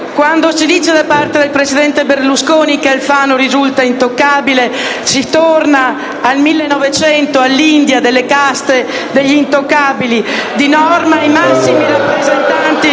Quando si dice da parte del presidente Berlusconi che Alfano risulta intoccabile, si torna al 1900, all'India delle caste e degli intoccabili. *(Proteste dal Gruppo